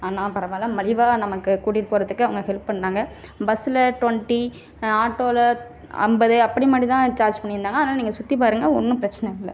ஆனால் பரவாயில்ல மலிவாக நமக்கு கூட்டிட்டுப் போகிறதுக்கு அவங்க ஹெல்ப் பண்ணாங்க பஸ்ஸில் டொண்ட்டி ஆட்டோவில் ஐம்பது அப்படி மட்டும் தான் சார்ஜ் பண்ணியிருந்தாங்க அதனால நீங்கள் சுற்றிப் பாருங்கள் ஒன்றும் பிரச்சனை இல்லை